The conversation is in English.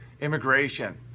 immigration